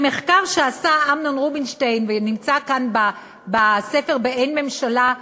במחקר שעשה אמנון רובינשטיין ונמצא כאן בספר "באין ממשלה",